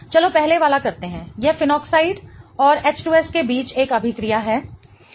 चलो पहले वाला करते हैं यह फेनोक्साइड और H2S के बीच एक अभिक्रिया है